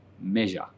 measure